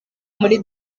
muri